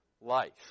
life